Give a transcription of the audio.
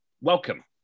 Welcome